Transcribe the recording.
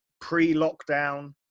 pre-lockdown